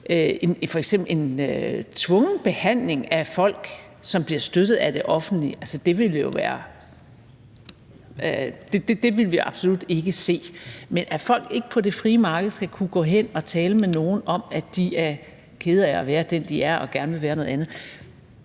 en tvungen behandling af folk, som bliver støttet af det offentlige, vil vi jo absolut ikke se. Men at folk på det frie marked ikke skulle kunne gå hen og tale med nogen om, at de er kede af at være den, de er, og gerne vil være noget andet,